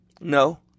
No